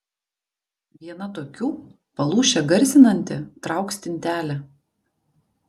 viena tokių palūšę garsinanti trauk stintelę